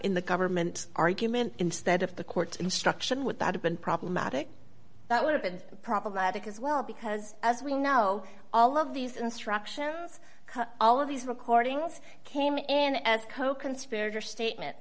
in the government argument instead of the court instruction would that have been problematic that would have been problematic as well because as we know all of these instructions all of these recordings came in as co